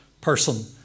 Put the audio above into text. person